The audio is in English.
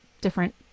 different